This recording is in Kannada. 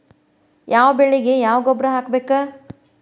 ಯಾವ ಬೆಳಿಗೆ ಯಾವ ಗೊಬ್ಬರ ಹಾಕ್ಬೇಕ್?